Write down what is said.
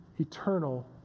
eternal